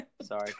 sorry